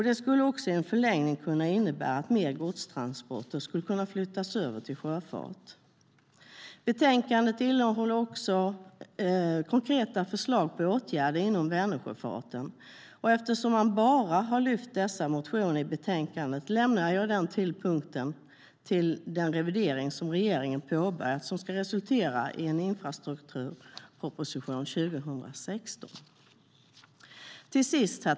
Det skulle också i en förlängning kunna innebära att mer godstransporter kunde flyttas över till sjöfart. Herr talman!